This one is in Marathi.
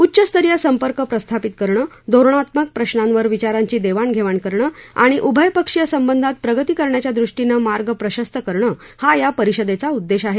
उच्च स्तरीय संपर्क प्रस्थापित करणं धोरणात्मक प्रश्नांवर विचारांची देवाणघेवाण करणं आणि उभय पक्षीय संबंधात प्रगती करण्याच्या दृष्टीनं मार्ग प्रशस्त करणं हा या परिषदेचा उद्देश आहे